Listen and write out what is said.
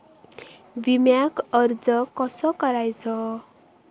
विम्याक अर्ज कसो करायचो?